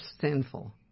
sinful